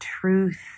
truth